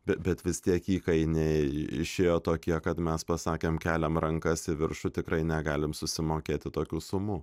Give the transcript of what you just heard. bet vis tiek įkainiai išėjo tokie kad mes pasakėm keliam rankas į viršų tikrai negalim susimokėti tokių sumų